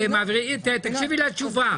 שמעבירים מיכל, תקשיבי לתשובה.